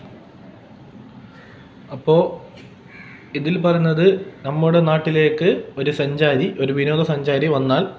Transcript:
അപ്പോൾ ഇതിൽ പറയുന്നത് നമ്മുടെ നാട്ടിലേക്ക് ഒരു സഞ്ചാരി ഒരു വിനോദ സഞ്ചാരി വന്നാൽ